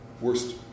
worst